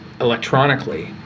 electronically